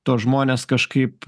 tuos žmones kažkaip